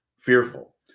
fearful